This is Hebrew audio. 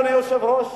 אדוני היושב-ראש,